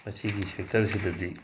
ꯃꯁꯤꯒꯤ ꯁꯦꯛꯇꯔꯁꯤꯗꯗꯤ